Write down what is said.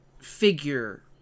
figure